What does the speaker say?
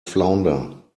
flounder